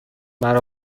مرا